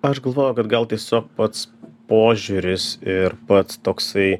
aš galvoju kad gal tiesiog pats požiūris ir pats toksai